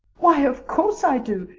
why, of course i do.